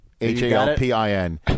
H-A-L-P-I-N